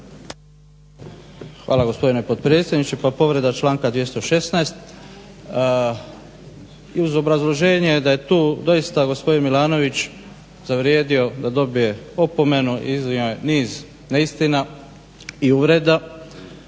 Hvala gospodine potpredsjedniče. Pa povreda članka 216. i uz obrazloženje da je tu doista gospodin Milanović zavrijedio da dobije opomenu. Iznio je niz neistina i uvreda.